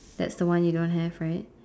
that's the one you don't have right